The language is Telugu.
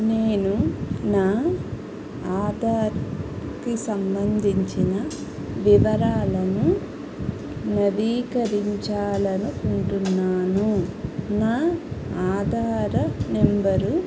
నేను నా ఆధార్కి సంబంధించిన వివరాలను నవీకరించాలి అనుకుంటున్నాను నా ఆధార్ నెంబరు